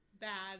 bad